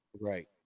Right